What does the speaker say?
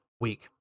week